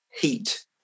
heat